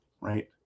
right